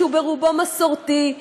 שהוא רובו מסורתי,